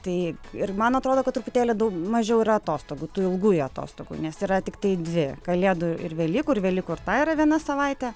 taip ir man atrodo kad truputėlį daug mažiau yra atostogų tų ilgųjų atostogų nes yra tiktai dvi kalėdų ir velykų ir velykų ir ta yra viena savaitė